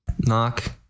Knock